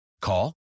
Call